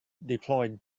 deployed